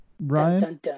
ryan